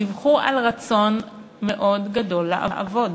דיווחו על רצון מאוד גדול לעבוד.